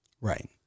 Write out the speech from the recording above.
Right